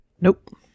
Nope